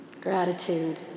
Gratitude